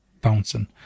bouncing